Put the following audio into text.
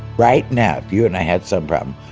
right now if you and i had some problem,